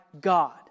God